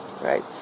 right